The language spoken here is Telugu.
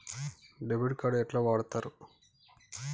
డెబిట్ కార్డు ఎట్లా వాడుతరు?